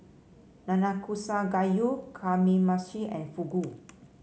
Nanakusa Gayu Kamameshi and Fugu